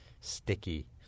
sticky